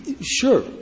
Sure